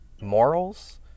Morals